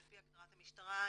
לפי הגדרת המשטרה,